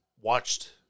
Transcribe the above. watched